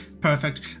Perfect